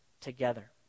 together